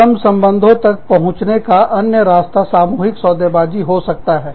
श्रम संबंधों तक पहुंचने का अन्य रास्ता सामूहिक सौदेबाजी सौदाकारी हो सकता है